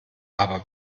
aber